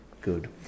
good